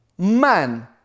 man